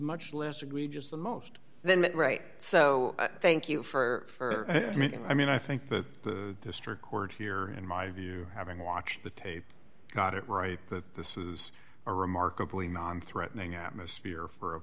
much less egregious the most than that right so thank you for i mean i think that the district court here in my view having watched the tape got it right that this is a remarkably non threatening atmosphere for a